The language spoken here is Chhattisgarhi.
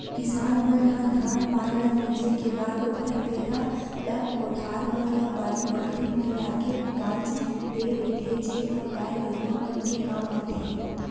किसान मन ह धान पान ल मिंजे के बाद ओखर पेरा ल कोठार म या बाड़ी बखरी म लाके गांज देय रहिथे जेन ह गाय गरूवा मन के काम आथे